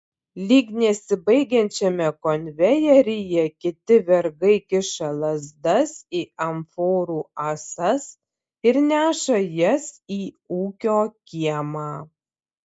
lyg nesibaigiančiame konvejeryje kiti vergai kiša lazdas į amforų ąsas ir neša jas į ūkio kiemą